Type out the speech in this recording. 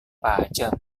pajak